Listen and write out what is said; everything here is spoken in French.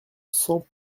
cent